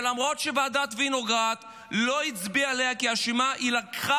שלמרות שוועדת אגרנט לא הצביעה עליה כאשמה היא לקחה